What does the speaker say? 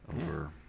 over